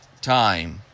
time